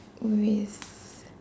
oh yes